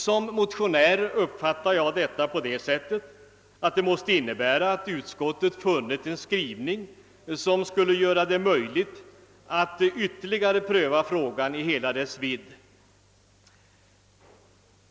Som motionär uppfattade jag detta på så sätt att det måste innebära att utskottet funnit en skrivning, som skulle göra det möjligt att ytterligare pröva frågan i hela dess vidd.